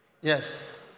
Yes